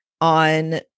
on